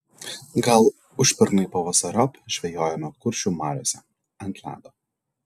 gal užpernai pavasariop žvejojome kuršių mariose ant ledo